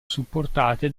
supportate